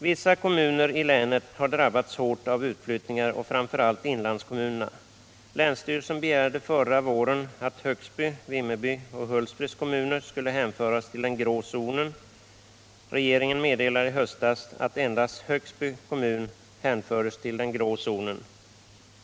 Vissa kommuner i länet har drabbats hårt av utflyttningar, framför allt inlandskommunerna. Länsstyrelsen begärde förra våren att Högsby, Vimmerby och Hultsfreds kommuner skulle hänföras till den grå zonen. Regeringen meddelade i höstas att endast Högsby kommun hänförs till den grå zonen.